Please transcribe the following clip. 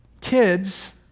kids